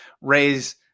raise